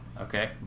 okay